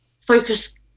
focus